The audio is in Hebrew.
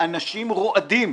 אנשים רועדים,